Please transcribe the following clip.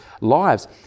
lives